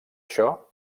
això